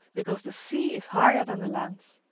because the sea is higher than the land.